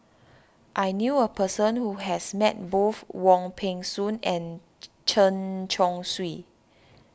I knew a person who has met both Wong Peng Soon and Chen Chong Swee